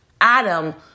Adam